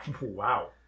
Wow